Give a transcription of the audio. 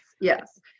yes